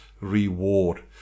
reward